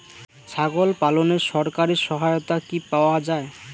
ছাগল পালনে সরকারি সহায়তা কি পাওয়া যায়?